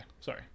sorry